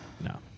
No